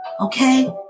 okay